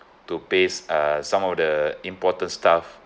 to pays uh some of the important stuff